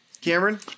Cameron